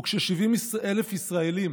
וכש-70,000 ישראלים